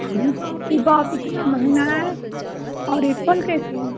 अरे बाप रे बाप इतना महँगा है और एप्पल कैसे है